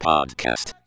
Podcast